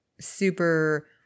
super